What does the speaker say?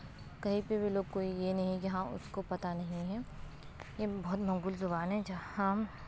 کہیں پہ بھی لوگ کوئی یہ نہیں کہ ہاں اُس کو پتا نہیں ہے یہ بہت مقبول زبان ہے جہاں ہم